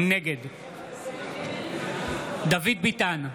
נגד דוד ביטן,